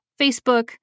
Facebook